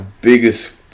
biggest